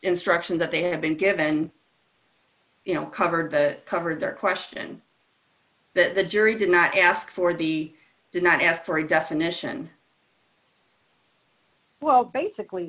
instructions that they have been given you know covered the coverage or question that the jury did not ask for the do not ask for a definition well basically